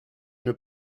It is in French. une